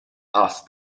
asked